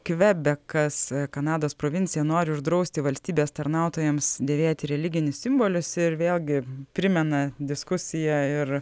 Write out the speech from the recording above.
kvebekas kanados provincija nori uždrausti valstybės tarnautojams dėvėti religinius simbolius ir vėlgi primena diskusiją ir